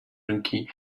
donkey